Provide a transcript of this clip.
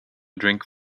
drink